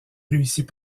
réussit